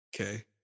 Okay